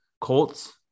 Colts